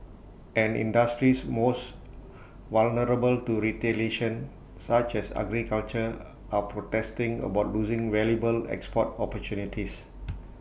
and industries most vulnerable to retaliation such as agriculture are protesting about losing valuable export opportunities